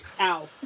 Ow